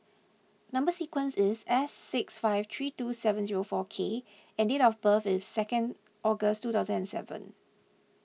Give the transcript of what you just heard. Number Sequence is S six five three two seven zero four K and date of birth is second August two thousand and seven